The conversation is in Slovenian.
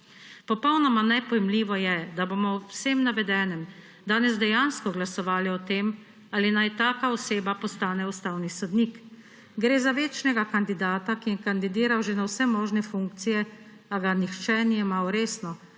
Popolnoma nepojmljivo je, da bomo ob vseh navedenem danes dejansko glasovali o tem, ali naj taka oseba postane ustavni sodnik. Gre za večnega kandidata, ki je kandidiral že na vse možne funkcije, a ga nihče ni jemal resno,